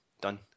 Done